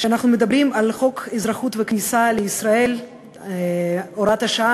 כשאנחנו מדברים על חוק האזרחות והכניסה לישראל (הוראת השעה),